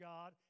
God